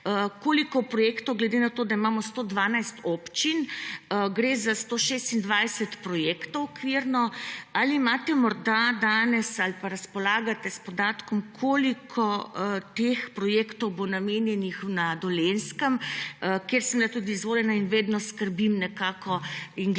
koliko projektov – glede na to, da imamo 112 občin, gre za okvirno 126 projektov, ali imate morda danes ali pa razpolagate s podatkom, koliko teh projektov – bo izvedenih na Dolenjskem, kjer sem bila tudi izvoljena in vedno skrbim in gledam,